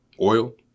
Oil